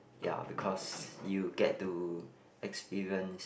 ya because you get to experience